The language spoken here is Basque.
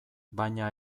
baina